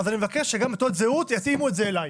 אז אני מבקש שגם בתעודת הזהות יתאימו את זה אליי.